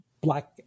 Black